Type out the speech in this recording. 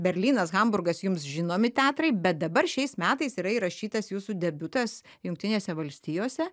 berlynas hamburgas jums žinomi teatrai bet dabar šiais metais yra įrašytas jūsų debiutas jungtinėse valstijose